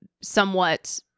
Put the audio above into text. somewhat